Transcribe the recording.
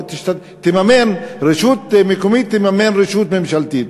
אסור שרשות מקומית תממן רשות ממשלתית.